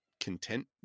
content